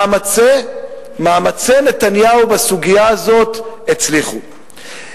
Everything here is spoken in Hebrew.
מאמצי נתניהו בסוגיה הזאת הצליחו,